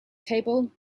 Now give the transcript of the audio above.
table